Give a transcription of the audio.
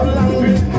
language